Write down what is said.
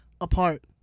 apart